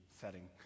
setting